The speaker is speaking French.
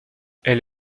elle